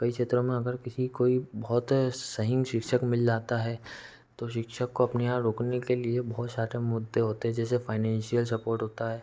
कई क्षेत्रों में अगर किसी कोई बहुत सही शिक्षक मिल जाता है तो शिक्षक को अपने यहाँ रोकने के लिए बहुत सारे मुद्दे होते हैं जैसे फ़ाइनैशियल सपोर्ट होता है